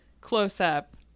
close-up